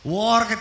War